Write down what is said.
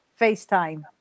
FaceTime